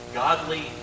godly